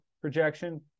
projection